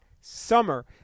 summer